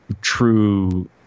true